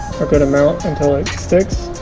a good amount until it sticks